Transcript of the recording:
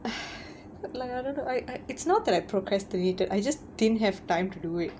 like I don't know I I it's not that I procrastinated I just didn't have time to do it